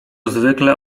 zwykle